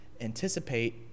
anticipate